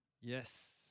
Yes